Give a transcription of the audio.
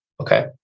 Okay